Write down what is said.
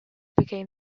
became